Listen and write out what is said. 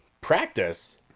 practice